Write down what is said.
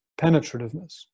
penetrativeness